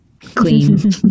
clean